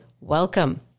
welcome